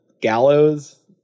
gallows